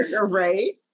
Right